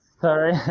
Sorry